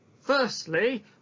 Firstly